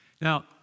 Now